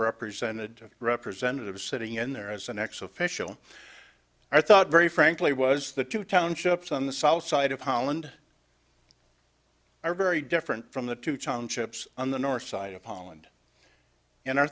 represented representative sitting in there as an ex of official i thought very frankly was the two townships on the south side of holland are very different from the two townships on the north side of holland and our